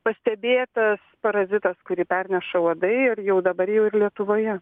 pastebėtas parazitas kurį perneša uodai ir jau dabar jau ir lietuvoje